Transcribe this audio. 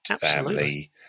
family